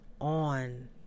on